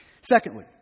Secondly